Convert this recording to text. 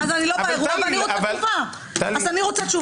אז אני רוצה תשובה.